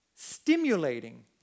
stimulating